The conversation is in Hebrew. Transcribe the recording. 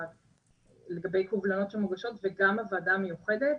לגבי קובלנות שמוגשות וגם הוועדה המיוחדת,